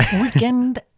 weekend